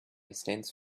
stands